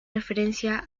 referencia